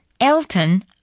Elton